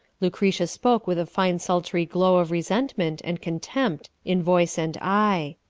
lucretia spoke with a fine sultry glow of resentment and contempt in voice and eye.